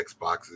Xboxes